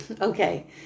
Okay